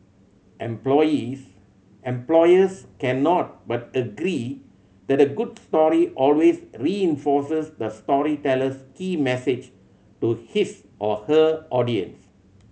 employs employers cannot but agree that a good story always reinforces the storyteller's key message to his or her audience